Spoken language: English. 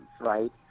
right